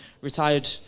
retired